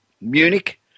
Munich